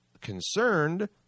concerned